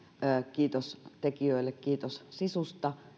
kiitos tekijöille sisusta